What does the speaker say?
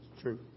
true